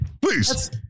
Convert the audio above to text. Please